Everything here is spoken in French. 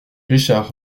richard